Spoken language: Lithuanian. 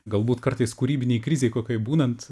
galbūt kartais kūrybinėj krizėj kokioj būnant